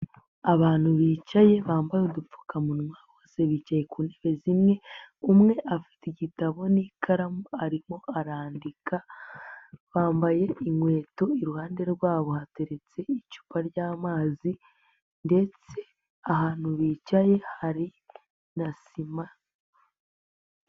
Abantu bicaye bambaye udupfukamunwa, bose bicaye ku ntebe zimwe, umwe afite igitabo n'ikaramu arimo arandika, bambaye inkweto, iruhande rwabo hateretse icupa ry'amazi ndetse ahantu bicaye hari na sima.